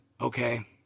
okay